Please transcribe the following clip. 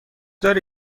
داری